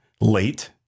late